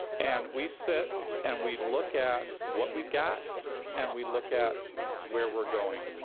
and we sit and we look at what we've got and we look at where we're going.